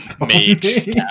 mage